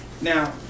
Now